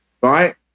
right